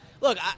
Look